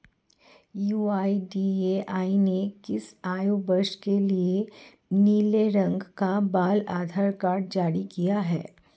UIDAI ने किस आयु वर्ग के लिए नीले रंग का बाल आधार कार्ड जारी किया है?